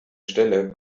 stelle